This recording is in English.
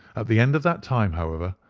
at the end of that time, however,